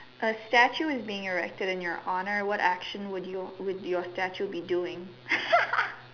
a statue is being erected in your honour what action would your would your statue be doing